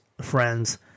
friends